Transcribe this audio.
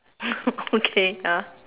okay ya